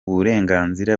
burenganzira